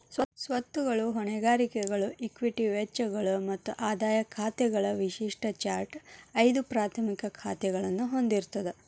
ಸ್ವತ್ತುಗಳು, ಹೊಣೆಗಾರಿಕೆಗಳು, ಇಕ್ವಿಟಿ ವೆಚ್ಚಗಳು ಮತ್ತ ಆದಾಯ ಖಾತೆಗಳ ವಿಶಿಷ್ಟ ಚಾರ್ಟ್ ಐದು ಪ್ರಾಥಮಿಕ ಖಾತಾಗಳನ್ನ ಹೊಂದಿರ್ತದ